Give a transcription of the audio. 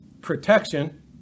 Protection